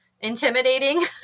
intimidating